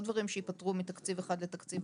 אלה לא דברים שייפתרו מתקציב אחד לשני,